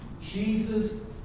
Jesus